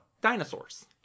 Dinosaurs